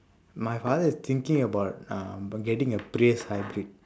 my father is thinking about uh for getting a prius hybrid